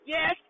Yes